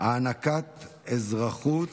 התגמולים לנפגעי פעולות